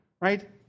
right